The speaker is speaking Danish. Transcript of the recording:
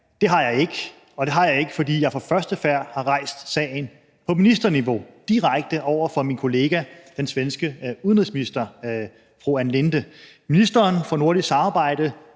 Det har jeg ikke. Og det har jeg ikke, fordi jeg fra første færd har rejst sagen på ministerniveau, direkte over for min kollega den svenske udenrigsminister, fru Ann Linde. Ministeren for nordisk samarbejde,